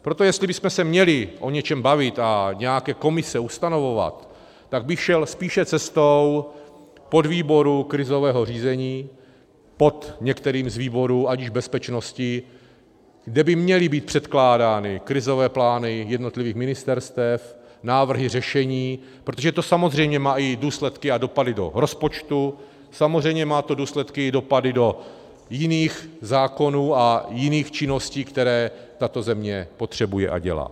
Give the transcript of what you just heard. Proto jestli bychom se měli o něčem bavit a nějaké komise ustanovovat, tak bych šel spíše cestou podvýboru krizového řízení pod některým z výborů, ať již bezpečnosti, kde by měly být předkládány krizové plány jednotlivých ministerstev, návrhy řešení, protože to samozřejmě má i důsledky a dopady do rozpočtu, samozřejmě má to důsledky a dopady do jiných zákonů a jiných činností, které tato země potřebuje a dělá.